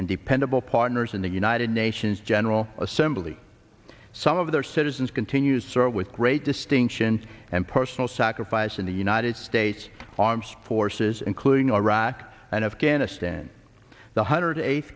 and dependable partners in the united nations general assembly some of their citizens continues serve with great distinction and personal sacrifice in the united states armed forces including iraq and afghanistan the hundred eight